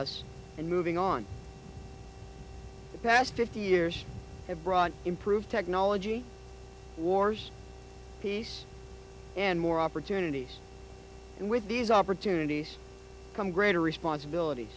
us and moving on the past fifty years have brought improved technology wars peace and more opportunities and with these opportunities come greater responsibility